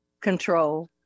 Control